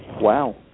Wow